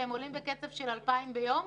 והם עולים בקצב של 2,000 ליום?